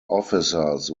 officers